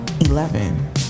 Eleven